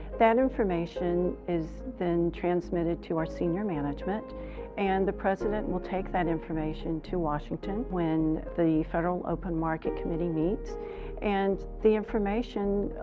that information is then transmitted to our senior management and the president will take that information to washington when the federal open market committee meets and the information,